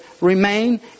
remain